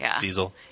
diesel